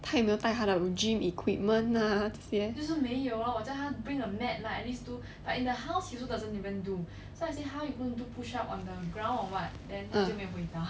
他有没有带他的 gym equipment ah 这些